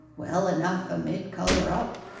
well enough a mid colour up.